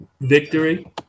Victory